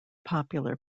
popular